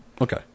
Okay